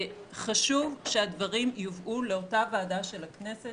חשוב שהדברים יובאו לאותה ועדה של הכנסת